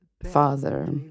Father